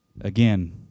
again